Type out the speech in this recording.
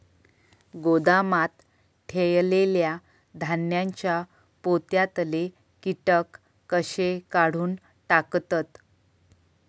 गोदामात ठेयलेल्या धान्यांच्या पोत्यातले कीटक कशे काढून टाकतत?